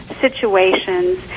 situations